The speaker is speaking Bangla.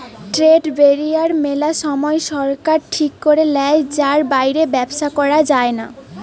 ট্রেড ব্যারিয়ার মেলা সময় সরকার ঠিক করে লেয় যার বাইরে ব্যবসা করা যায়না